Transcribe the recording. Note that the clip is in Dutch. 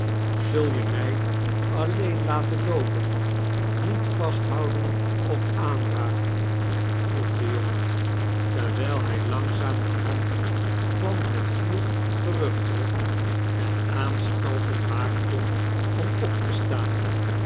zul je mij alleen laten loopen niet vasthouden of aanraken vroeg de jongen terwijl hij langzaam de hand van het vuur terugtrok en aanstalten maakte om op te staan